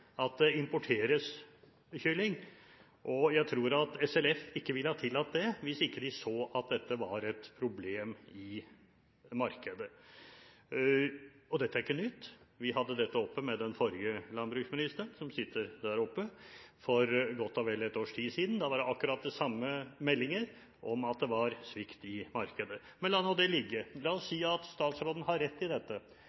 at det importeres kylling, og jeg tror ikke SLF – Statens landbruksforvaltning – ville ha tillatt det hvis de ikke så at dette var et problem i markedet. Dette er ikke nytt. Vi hadde det oppe med den forrige landbruksministeren – som sitter der oppe – for godt og vel et års tid siden. Da var det akkurat de samme meldinger om svikt i markedet. Men la nå det ligge. La oss